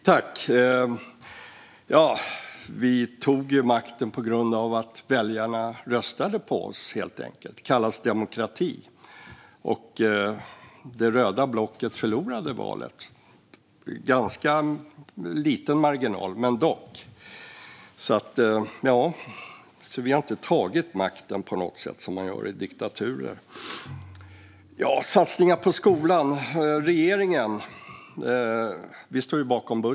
Fru talman! Vi tog makten på grund av att väljarna röstade på oss, helt enkelt. Det kallas demokrati. Det röda blocket förlorade valet - med ganska liten marginal, men ändock. Vi har alltså inte på något sätt tagit makten så som man gör i diktaturer. När det gäller regeringens satsningar på skolan står vi bakom budgeten.